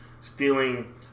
stealing